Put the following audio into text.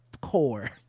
core